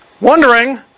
wondering